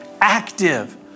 Active